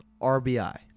RBI